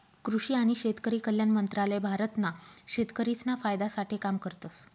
कृषि आणि शेतकरी कल्याण मंत्रालय भारत ना शेतकरिसना फायदा साठे काम करतस